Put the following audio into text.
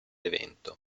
evento